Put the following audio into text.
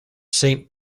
saint